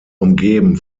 umgeben